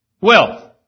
wealth